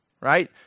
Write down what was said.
right